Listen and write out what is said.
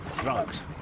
drugs